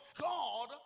God